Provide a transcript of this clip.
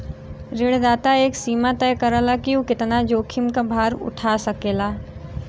ऋणदाता एक सीमा तय करला कि उ कितना जोखिम क भार उठा सकेला